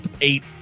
eight